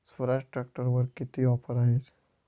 स्वराज ट्रॅक्टरवर किती ऑफर आहे?